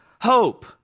hope